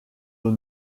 aux